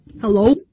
Hello